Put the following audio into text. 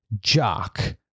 Jock